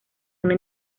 una